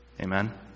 Amen